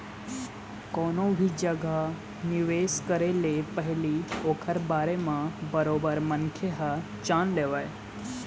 कोनो भी जघा निवेश करे ले पहिली ओखर बारे म बरोबर मनखे ह जान लेवय